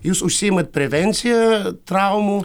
jūs užsiimat prevencija traumų